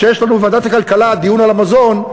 כשיש לנו בוועדת הכלכלה דיון על המזון,